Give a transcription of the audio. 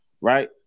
right